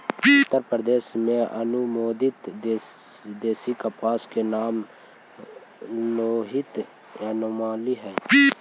उत्तरप्रदेश में अनुमोदित देशी कपास के नाम लोहित यामली हई